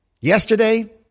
Yesterday